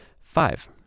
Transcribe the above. five